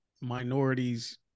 minorities